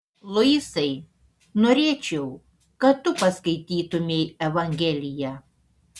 luisai norėčiau kad tu paskaitytumei evangeliją